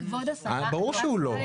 ברור שהוא לא,